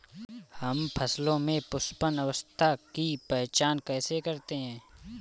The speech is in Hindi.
हम फसलों में पुष्पन अवस्था की पहचान कैसे करते हैं?